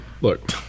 Look